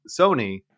Sony